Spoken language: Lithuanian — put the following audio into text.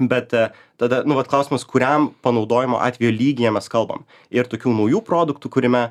bet tada nu vat klausimas kuriam panaudojimo atvejų lygyje mes kalbam ir tokių naujų produktų kūrime